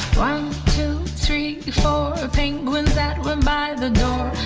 one, two, three, four penguins that went by the door.